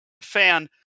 fan